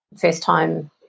first-time